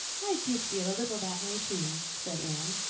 i did feel a little that way, too, said anne.